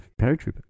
paratrooper